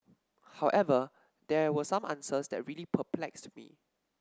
however there were some answers that really perplexed me